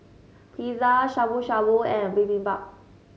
Pizza Shabu Shabu and Bibimbap